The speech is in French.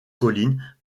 collines